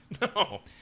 No